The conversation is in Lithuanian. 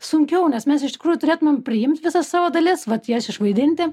sunkiau nes mes iš tikrųjų turėtumėm priimt visas savo dalis vat jas išvaidinti